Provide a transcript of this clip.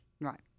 Right